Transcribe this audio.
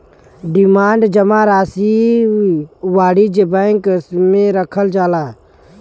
demand जमा राशी वाणिज्य बैंक मे रखल जाला